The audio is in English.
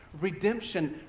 Redemption